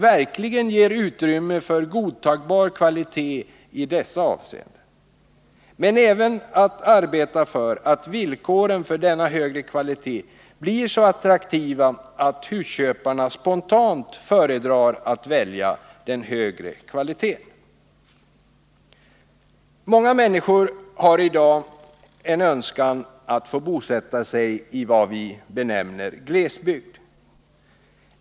verkligen ger utrymme för godtagbar kvalitet i dessa avseenden men även att arbeta för att villkoren för denna högre kvalitet blir så attraktiva att husköparna spontant föredrar att välja den högre kvaliteten. Många människor har i dag en önskan att få bosätta sig i vad vi benämner glesbygd.